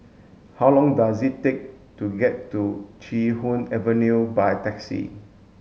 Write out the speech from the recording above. how long does it take to get to Chee Hoon Avenue by taxi